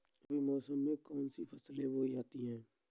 रबी मौसम में कौन कौन सी फसलें बोई जाती हैं?